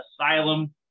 Asylum